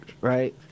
Right